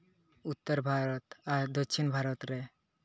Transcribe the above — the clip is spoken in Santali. ᱩᱛᱛᱚᱨ ᱵᱷᱟᱨᱚᱛ ᱟᱨ ᱫᱚᱠᱷᱤᱱ ᱵᱷᱟᱨᱚᱛ ᱨᱮ